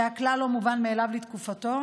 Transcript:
שהיה כלל לא מובן מאליו לתקופתו,